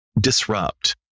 disrupt